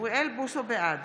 בעד